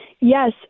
Yes